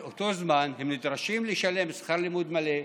באותו זמן הם נדרשים לשלם שכר לימוד מלא,